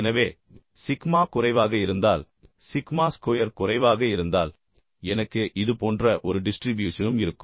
எனவே சிக்மா குறைவாக இருந்தால் சிக்மா ஸ்கொயர் குறைவாக இருந்தால் எனக்கு இது போன்ற ஒரு டிஸ்ட்ரிபியூஷனும் இருக்கும்